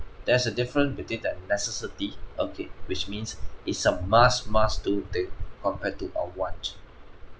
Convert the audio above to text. there's a different between that necessity okay which means it's a must must do thing compared to our want